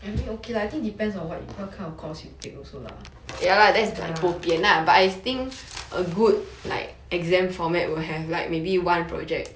I mean okay lah I think depends on what what kind of course you take also lah ya